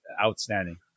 outstanding